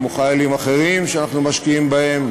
כמו חיילים אחרים שאנחנו משקיעים בהם,